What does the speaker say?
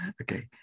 Okay